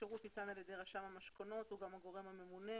השירות ניתן על ידי רשם המשכונות והוא גם הגורם הממונה